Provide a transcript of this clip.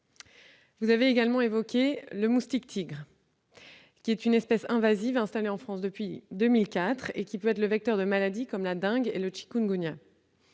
Vous avez également évoqué le moustique tigre, espèce invasive installée en France depuis 2004 et qui peut être vecteur de maladies telles que la dengue et le chikungunya.